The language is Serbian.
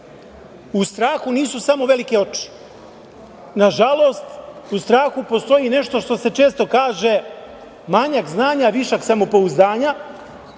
u strahu nisu samo velike oči. Nažalost, u strahu postoji nešto što se često kaže – manjak znanja, a višak samopouzdanja,